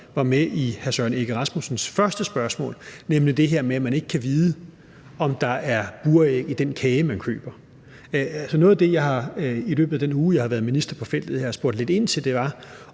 var med i hr. Søren Egge Rasmussens første spørgsmål, nemlig det her med, at man ikke kan vide, om der er buræg i den kage, man køber. Noget af det, jeg i løbet af denne uge, jeg har været minister på feltet her, har spurgt lidt ind til, er,